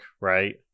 Right